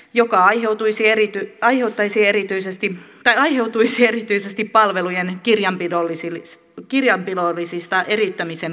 joka joutuisi erittyy kajottaisi jotka aiheutuisivat erityisesti palvelujen kirjanpidollisista eriyttämisen vaateista